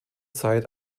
zeit